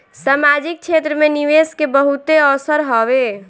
सामाजिक क्षेत्र में निवेश के बहुते अवसर हवे